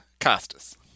Costas